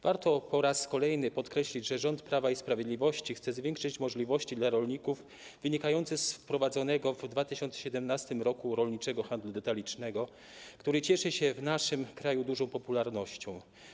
Warto po raz kolejny podkreślić, że rząd Prawa i Sprawiedliwości chce zwiększyć możliwości rolników wynikające z wprowadzonego w 2017 r. rolniczego handlu detalicznego, który cieszy się w naszym kraju dużą popularnością.